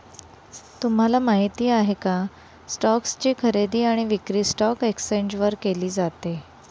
तुम्हाला माहिती आहे का? स्टोक्स ची खरेदी आणि विक्री स्टॉक एक्सचेंज वर केली जाते